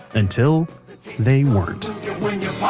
until they weren't